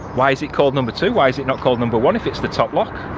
why is it called number two? why is it not called number one if it's the top lock?